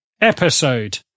episode